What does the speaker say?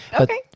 okay